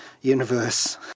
universe